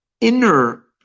inner